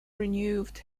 renewed